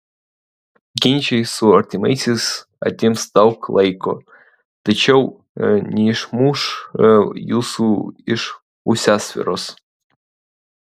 ginčai su artimaisiais atims daug laiko tačiau neišmuš jūsų iš pusiausvyros